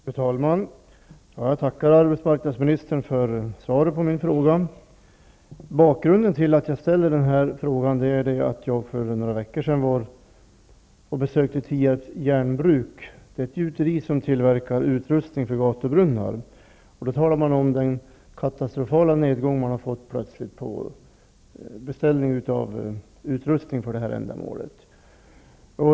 Fru talman! Jag tackar arbetsmarknadsministern för svaret på min fråga. Bakgrunden till att jag ställde denna fråga är att jag för några veckor sedan besökte Tierps Järnbruk, ett gjuteri som tillverkar utrustning för gatubrunnar, där man talade om att det plötsligt blivit en katastrofal nedgång i antalet beställningar av utrustning för det här ändamålet.